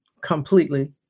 completely